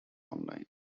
online